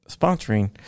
sponsoring